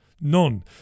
None